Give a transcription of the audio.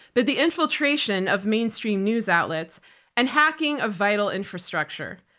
but the infiltration of mainstream news outlets and hacking a vital infrastructure.